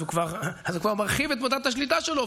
אז הוא כבר מרחיב את מוטת השליטה שלו,